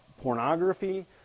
pornography